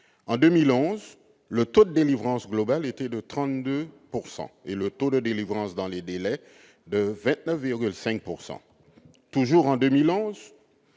En 2011, le taux de délivrance global était de 32 %, et le taux de délivrance dans les délais de 29,5 %. Or, toujours en 2011,